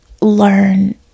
learn